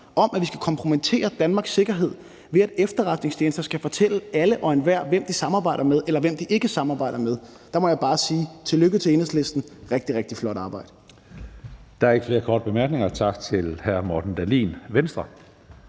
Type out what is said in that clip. om, at vi skal kompromittere Danmarks sikkerhed, ved at efterretningstjenester skal fortælle alle og enhver, hvem de samarbejder med, eller hvem de ikke samarbejder med, må jeg bare sige tillykke til Enhedslisten. Det er rigtig, rigtig flot arbejde. Kl. 17:22 Tredje næstformand (Karsten Hønge): Der er ikke flere korte bemærkninger, så tak til hr. Morten Dahlin, Venstre.